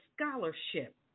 scholarship